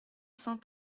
cent